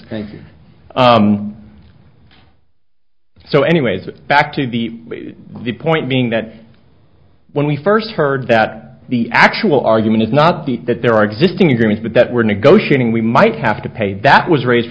you so anyways back to the the point being that when we first heard that the actual argument is not the that there are existing agreements but that we're negotiating we might have to pay that was raised